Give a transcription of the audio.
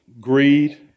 Greed